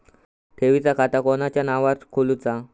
ठेवीचा खाता कोणाच्या नावार खोलूचा?